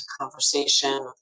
conversation